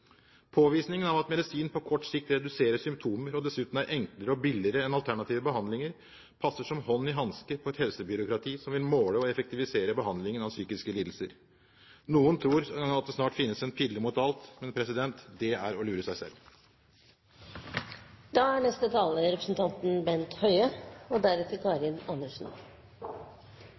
Påvisningen av at medisin på kort sikt reduserer symptomer og dessuten er enklere og billigere enn alternative behandlinger, passer som hånd i hanske på et helsebyråkrati som vil måle og effektivisere behandlingen av psykiske lidelser. Noen tror at det snart finnes en pille mot alt – men det er å lure seg selv. Jeg vil takke representanten Haugli for å ta opp en veldig viktig og aktuell debatt, der det er nødvendig, som representanten